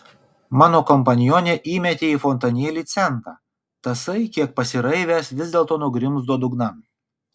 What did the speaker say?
mano kompanionė įmetė į fontanėlį centą tasai kiek pasiraivęs vis dėlto nugrimzdo dugnan